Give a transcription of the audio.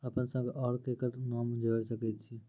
अपन संग आर ककरो नाम जोयर सकैत छी?